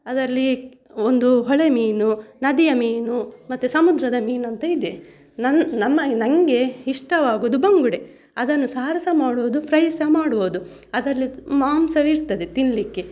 ಅದರಲ್ಲಿ ಒಂದು ಹೊಳೆಮೀನು ನದಿಯ ಮೀನು ಮತ್ತೆ ಸಮುದ್ರದ ಮೀನು ಅಂತ ಇದೆ ನನ್ನ ನಮ್ಮ ನನ್ಗೆ ಇಷ್ಟವಾಗೋದು ಬಂಗುಡೆ ಅದನ್ನು ಸಾರು ಸಹ ಮಾಡ್ಬೋದು ಫ್ರೈ ಸಹ ಮಾಡ್ಬೋದು ಅದರಲ್ಲಿ ಮಾಂಸವೇ ಇರ್ತದೆ ತಿನ್ನಲಿಕ್ಕೆ